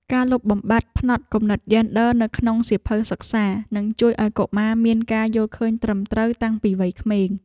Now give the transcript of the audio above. ការលុបបំបាត់ផ្នត់គំនិតយេនឌ័រនៅក្នុងសៀវភៅសិក្សានឹងជួយឱ្យកុមារមានការយល់ឃើញត្រឹមត្រូវតាំងពីវ័យក្មេង។